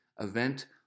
event